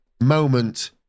moment